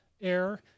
Air